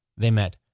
they met.